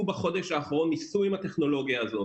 בחודש האחרון ניסוי עם הטכנולוגיה הזו,